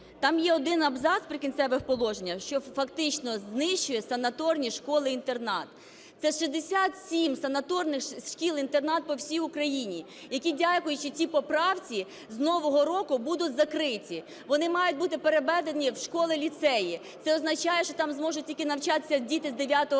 там є один абзац в Прикінцевих положеннях, що фактично знищує санаторні школи-інтернати. Це 67 санаторних шкіл-інтернатів по всій Україні, які, дякуючи цій поправці, з нового року будуть закриті, вони мають бути переведені в школи-ліцеї. Це означає, що там зможуть тільки навчатись діти з 9 класу.